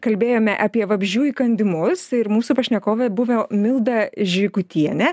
kalbėjome apie vabzdžių įkandimus ir mūsų pašnekovė buvo milda žygutienė